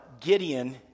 Gideon